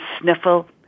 sniffle